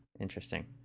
interesting